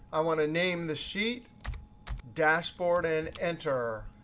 i want to name the sheet dashboard, and enter.